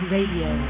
Radio